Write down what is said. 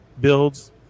Builds